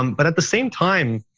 um but at the same time,